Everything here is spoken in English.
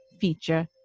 feature